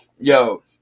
Yo